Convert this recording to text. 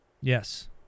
Yes